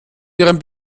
ihren